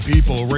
People